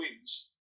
wings